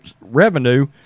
revenue